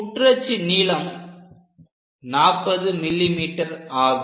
குற்றச்சு நீளம் 40 mm ஆகும்